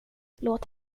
låt